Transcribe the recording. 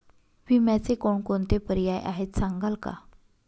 विम्याचे कोणकोणते पर्याय आहेत सांगाल का?